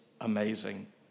amazing